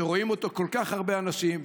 שרואים אותו כל כך הרבה אנשים,